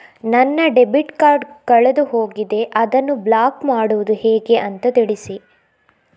ನನ್ನ debit card ಕಳೆದು ಹೋಗಿದೆ, ಅದನ್ನು ಬ್ಲಾಕ್ ಮಾಡುವುದು ಹೇಗೆ ಅಂತ ತಿಳಿಸಿ?